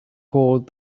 called